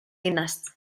linnast